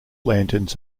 lanterns